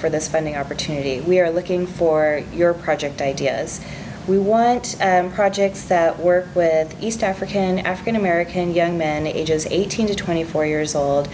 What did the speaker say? for this spending opportunity we are looking for your project ideas we want projects that work with east african african american young men ages eighteen to twenty four years old